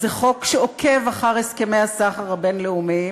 זה חוק שעוקב אחרי הסכמי הסחר הבין-לאומיים,